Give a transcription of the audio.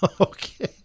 Okay